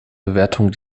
bewertung